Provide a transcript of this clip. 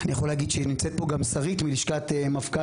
אני יכול להגיד שנמצאת פה גם שרית מלשכת המפכ"ל,